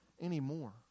anymore